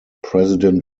president